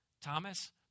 Thomas